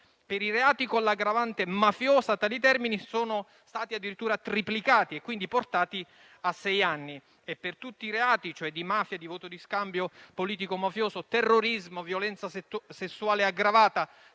per i reati con l'aggravante mafiosa tali termini sono stati addirittura triplicati e, quindi, portati a sei anni; per tutti i reati, di mafia, di voto di scambio politico-mafioso, terrorismo, violenza sessuale aggravata,